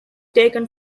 taken